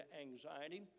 anxiety